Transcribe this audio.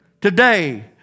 today